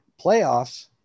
Playoffs